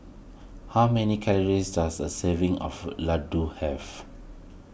how many calories does a serving of Ladoo have